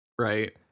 right